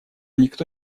никто